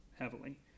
heavily